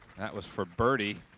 that was for birdie.